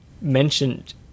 mentioned